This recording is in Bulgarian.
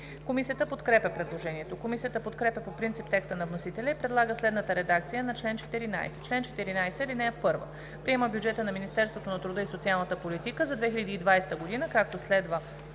Комисията подкрепя предложението. Комисията подкрепя по принцип текста на вносителя и предлага следната редакция на чл. 14: „Чл. 14. (1) Приема бюджета на Министерството на труда и социалната политика за 2020 г., както следва: